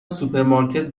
سوپرمارکت